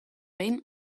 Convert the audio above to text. behin